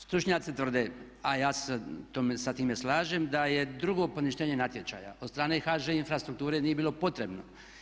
Stručnjaci tvrde a ja se sa time slažem da je drugo poništenje natječaja od strane HŽ infrastrukture nije bilo potrebno.